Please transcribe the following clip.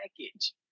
package